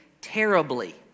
terribly